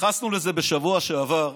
התייחסנו לזה בשבוע שעבר,